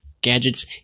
gadgets